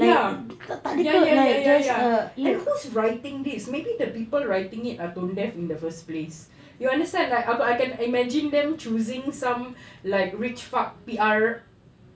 ya ya ya ya ya ya and who's writing this maybe the people writing it are tone deaf in the first place you understand like aku can imagine them choosing some like rich fuck P_R